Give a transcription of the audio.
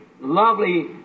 lovely